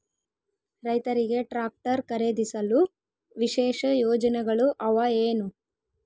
ರೈತರಿಗೆ ಟ್ರಾಕ್ಟರ್ ಖರೇದಿಸಲು ವಿಶೇಷ ಯೋಜನೆಗಳು ಅವ ಏನು?